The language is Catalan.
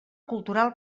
cultural